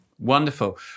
Wonderful